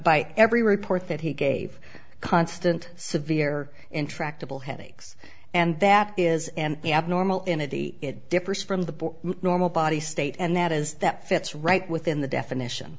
by every report that he gave constant severe intractable headaches and that is and the abnormal in a day it differs from the normal body state and that is that fits right within the definition